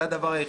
זה הדבר היחידי.